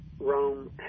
Rome